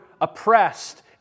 oppressed